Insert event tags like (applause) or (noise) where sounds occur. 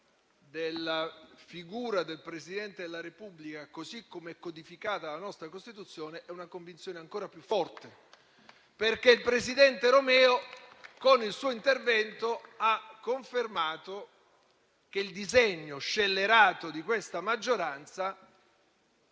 della figura del Presidente della Repubblica, così come codificata nella nostra Costituzione, è ancora più forte. (applause) Il presidente Romeo, con il suo intervento, ha confermato che il disegno scellerato di questa maggioranza